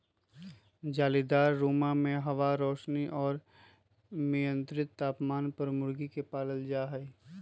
जालीदार रुम्मा में हवा, रौशनी और मियन्त्रित तापमान पर मूर्गी के पालन कइल जाहई